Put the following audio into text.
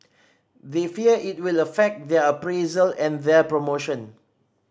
they fear it will affect their appraisal and their promotion